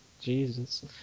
Jesus